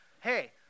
hey